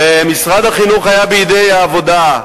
ומשרד החינוך היה בידי העבודה,